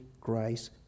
grace